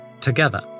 together